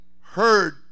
heard